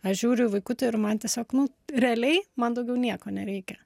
aš žiūriu į vaikutį ir man tiesiog nu realiai man daugiau nieko nereikia